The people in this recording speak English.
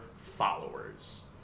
followers